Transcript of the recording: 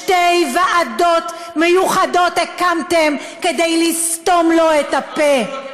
שתי ועדות מיוחדות הקמתם כדי לסתום לו את הפה.